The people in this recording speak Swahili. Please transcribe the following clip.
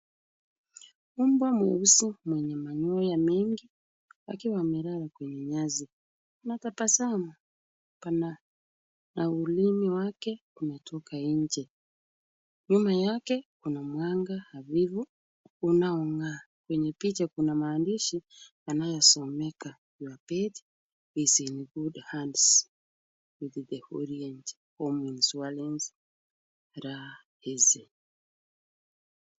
Mbwa mweusi mwenye manyoya mengi akiwa amelala kwenye nyasi na tabasamu pana na ulimi wake umetoka nje. Nyuma yake kuna mwanga hafifu unaong'aa. Kwenye picha kuna maandishi yanayosomeka your pet is in good hands with the Orient home insurance rahisi.